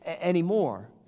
anymore